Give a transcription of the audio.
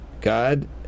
God